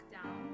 Down